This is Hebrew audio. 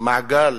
מעגל